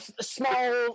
small